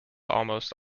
almost